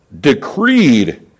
decreed